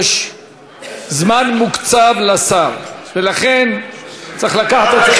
יש זמן מוקצב לשר ולכן צריך להביא את זה